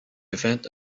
event